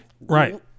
right